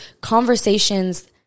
conversations